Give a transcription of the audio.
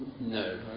No